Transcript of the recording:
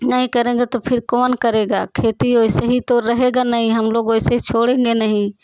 नहीं करेंगे तो फिर कौन करेगा खेती वैसे ही तो रहेगा नहीं हम लोग वैसे छोड़ेंगे नहीं